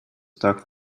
doc